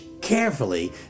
carefully